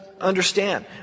understand